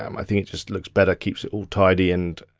um i think it just looks better, keeps it all tidy and